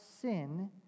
sin